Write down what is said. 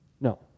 No